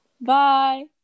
Bye